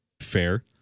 fair